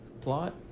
Plot